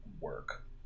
work